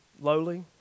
lowly